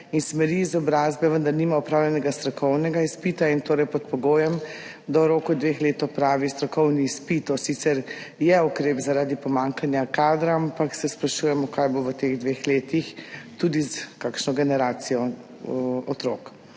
in smeri izobrazbe, vendar nima opravljenega strokovnega izpita in torej pod pogojem, da v roku dveh let opravi strokovni izpit, to sicer je ukrep zaradi pomanjkanja kadra, ampak se sprašujemo, kaj bo v teh dveh letih tudi s kakšno generacijo otrok.